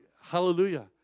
hallelujah